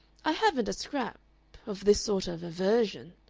i haven't a scrap of this sort of aversion.